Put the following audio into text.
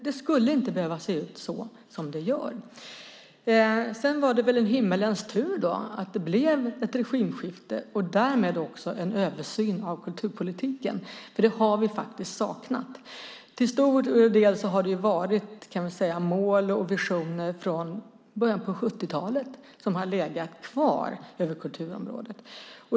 Det skulle inte behöva se ut så som det gör. Det var väl en himmelens tur att det blev ett regimskifte och därmed också en översyn av kulturpolitiken. Det har vi faktiskt saknat. Det har till stor del varit mål och visioner från början av 70-talet som har legat kvar på kulturområdet.